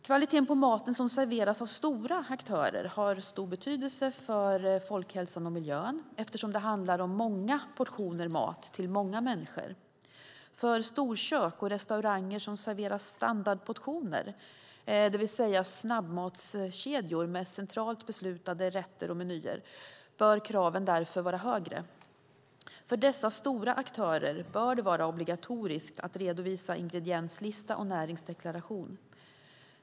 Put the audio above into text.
Kvaliteten på maten som serveras av stora aktörer har stor betydelse för folkhälsan och miljön, eftersom det handlar om många portioner till många människor. För storkök och restauranger som serverar standardportioner, det vill säga snabbmatskedjor med centralt beslutade rätter och menyer, bör kraven därför vara högre. För dessa stora aktörer bör det vara obligatoriskt att redovisa ingredienslista och näringsdeklaration.